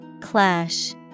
Clash